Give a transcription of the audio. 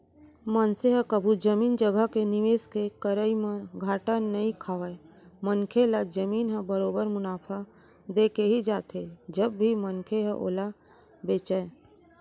मनसे ह कभू जमीन जघा के निवेस के करई म घाटा नइ खावय मनखे ल जमीन ह बरोबर मुनाफा देके ही जाथे जब भी मनखे ह ओला बेंचय